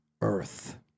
earth